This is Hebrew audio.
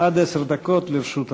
עד עשר דקות לרשות אדוני.